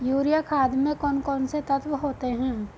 Urea खाद में कौन कौन से तत्व होते हैं?